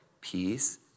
peace